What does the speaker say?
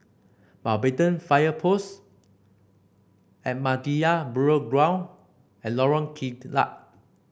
Mountbatten Fire Post Ahmadiyya Burial Ground and Lorong Kilat